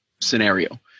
scenario